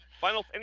final